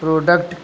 product